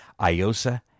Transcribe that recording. Iosa